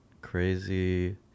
crazy